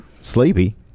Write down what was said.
Sleepy